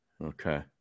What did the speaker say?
Okay